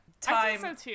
time